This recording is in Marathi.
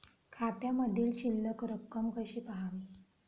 खात्यामधील शिल्लक रक्कम कशी पहावी?